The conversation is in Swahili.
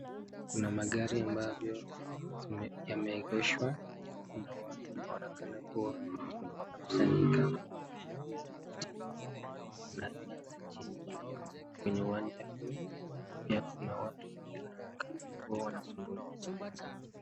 Kuna magari ambayo yameegeshwa, kuna watu ambao wanaonekana kuwa wamekusanyika, kuna miti, kuna nyasi chini kwenye uwanja huu. Pia kuna watu wawili wanaonekana kuwa wamesimama wanazungumza.